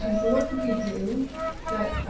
and so what can we do that